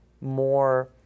more